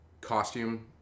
Costume